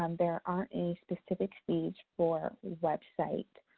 um there aren't any specific fees for websites.